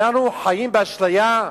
אנחנו חיים באשליה.